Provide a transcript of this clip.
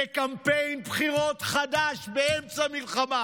בקמפיין בחירות חדש באמצע המלחמה.